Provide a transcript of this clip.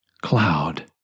cloud